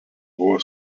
buvo